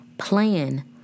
plan